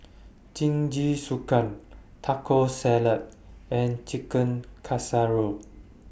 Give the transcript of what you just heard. Jingisukan Taco Salad and Chicken Casserole